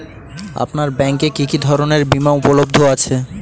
আপনার ব্যাঙ্ক এ কি কি ধরনের বিমা উপলব্ধ আছে?